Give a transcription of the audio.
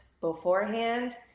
beforehand